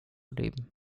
leben